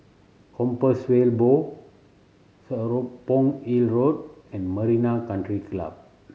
Compassvale Bow Serapong Hill Road and Marina Country Club